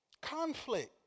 Conflict